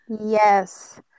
yes